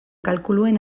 kalkuluen